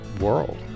world